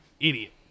Idiot